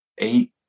eight